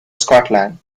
scotland